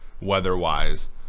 weather-wise